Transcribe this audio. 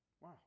Wow